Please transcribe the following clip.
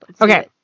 okay